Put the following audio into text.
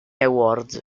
awards